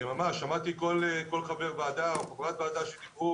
שמעתי את דברי חברי הוועדה שנגעו